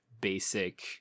basic